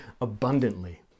abundantly